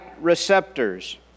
receptors